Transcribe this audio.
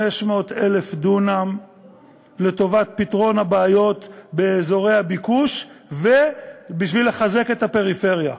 500,000 דונם לפתרון הבעיות באזורי הביקוש ובשביל לחזק את הפריפריה.